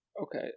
Okay